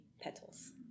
petals